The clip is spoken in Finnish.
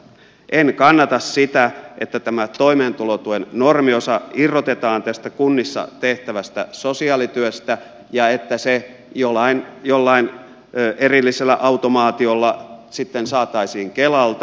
en kannata sitä että toimeentulotuen normiosa irrotetaan kunnissa tehtävästä sosiaalityöstä ja että se jollain erillisellä automaatiolla sitten saataisiin kelalta